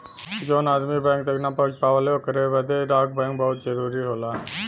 जौन आदमी बैंक तक ना पहुंच पावला ओकरे बदे डाक बैंक बहुत जरूरी होला